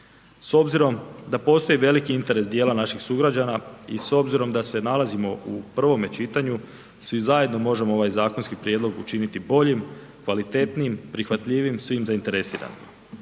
S obzirom da postoji veliki interes dijela naših sugrađana i s obzirom da se nalazimo u prvome čitanju svi zajedno možemo ovaj zakonski prijedlog učiniti bolji, kvalitetnijim, prihvatljivijim svim zainteresiranim.